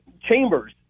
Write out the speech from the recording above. Chambers